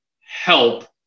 help